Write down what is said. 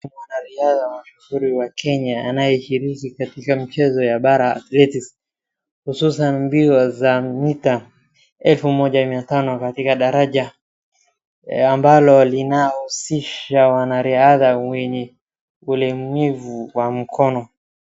Ni mwanariadha mzuri wa Kenya anayeshiriki katika mchezo wa para-athletics hususan mbio mita elfu moja mia tano katika daraja ambalo linahusisha wanariadha wenye ulemavu wa mkono.